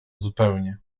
zupełnie